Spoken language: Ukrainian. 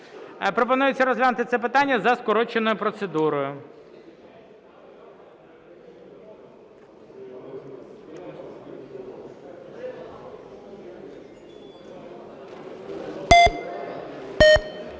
Пропонується розглянути це питання за скороченою процедурою.